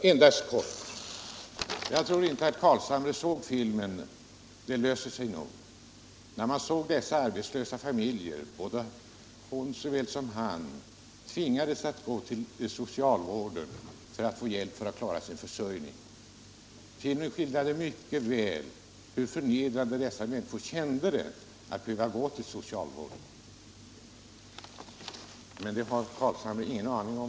Herr talman! Jag tror inte att herr Carlshamre såg filmen ”Det löser sig nog”, där man såg dessa arbetslösa familjer där hustrun såväl som mannen tvingades gå till socialvården för att få hjälp med att klara försörjningen. Filmen skildrade hur förnedrande dessa människor kände det att behöva gå till socialvården. Men det har herr Carlshamre tydligen ingen aning om.